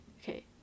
okay